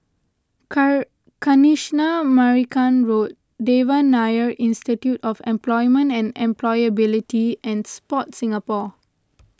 Kanisha Marican Road Devan Nair Institute of Employment and Employability and Sport Singapore